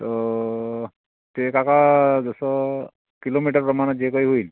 तर ते काका जसं किलोमीटरप्रमाणं जे काही होईल